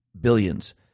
billions